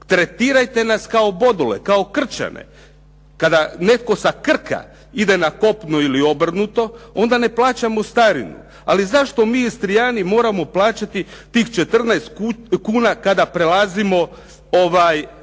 Tretirajte nas kao Bodule, kao Krčane. Kada netko sa Krka ide na kopno ili obrnuto onda ne plaća mostarinu. Ali zašto mi Istrijani moramo plaćati tih 14 kn kada prelazimo preko